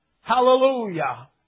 hallelujah